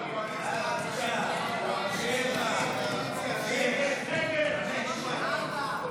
ההצעה להעביר את הצעת חוק לתיקון פקודת העיריות (מס' 154)